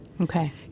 Okay